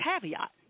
caveat